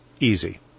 easy